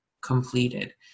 completed